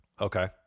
Okay